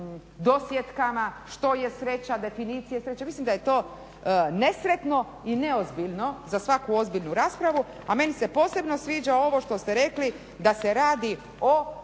sreća, definicija sreće, mislim da je to nesretno i neozbiljno za svaku ozbiljnu raspravu. A meni se posebno sviđa ovo što ste rekli da se radi o